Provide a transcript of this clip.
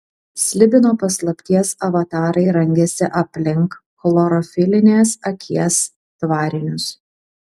slibino paslapties avatarai rangėsi aplink chlorofilinės akies tvarinius